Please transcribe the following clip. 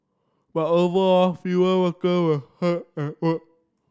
but overall fewer worker were hurt at work